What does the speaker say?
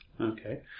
Okay